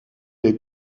est